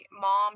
mom